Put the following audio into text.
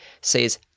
says